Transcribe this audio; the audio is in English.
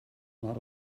not